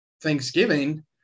Thanksgiving